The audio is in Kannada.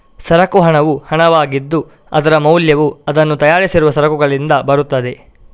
ಸರಕು ಹಣವು ಹಣವಾಗಿದ್ದು, ಅದರ ಮೌಲ್ಯವು ಅದನ್ನು ತಯಾರಿಸಿದ ಸರಕುಗಳಿಂದ ಬರುತ್ತದೆ